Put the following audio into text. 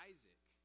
Isaac